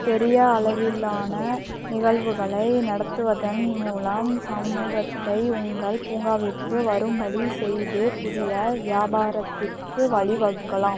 பெரிய அளவிலான நிகழ்வுகளை நடத்துவதன் மூலம் சமூகத்தை உங்கள் பூங்காவிற்கு வரும்படி செய்து புதிய வியாபாரத்திற்கு வலி வகுக்கலாம்